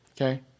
Okay